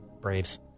Braves